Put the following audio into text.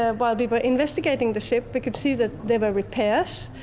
and while we were investigating the ship we could see that they were repairs,